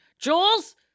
Jules